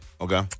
Okay